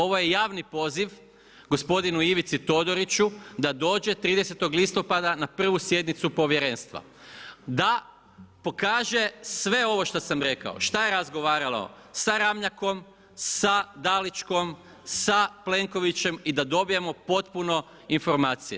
Ovo je javni poziv gospodinu Ivici Todoriću da dođe 30. listopada na prvu sjednicu povjerenstva, da pokaže sve ovo što sam rekao šta je razgovarao sa Ramljakom, da Dalićkom, sa Plenkovićem i da dobijemo potpuno informacije.